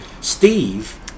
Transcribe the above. Steve